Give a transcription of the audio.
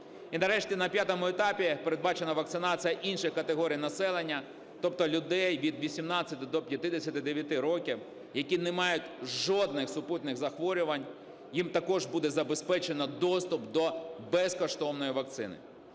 І нарешті на п'ятому етапі передбачена вакцинація інших категорій населення, тобто людей від 18 до 59 років, які не мають жодних супутніх захворювань. Їм також буде забезпечено доступ до безкоштовної вакцини.